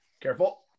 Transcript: careful